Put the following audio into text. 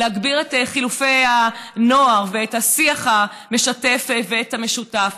להגביר את חילופי הנוער ואת השיח המשתף ואת המשותף.